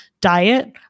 diet